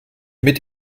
mit